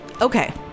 Okay